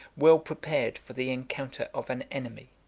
well prepared for the encounter of an enemy.